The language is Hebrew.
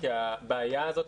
כי הבעיה הזאת,